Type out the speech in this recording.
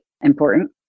important